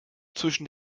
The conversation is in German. zwischen